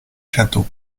châteaux